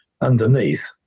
underneath